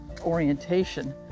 orientation